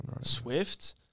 Swift